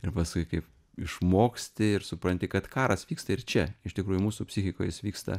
ir paskui kaip išmoksti ir supranti kad karas vyksta ir čia iš tikrųjų mūsų psichikoj jis vyksta